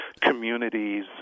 communities